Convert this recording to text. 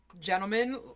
gentlemen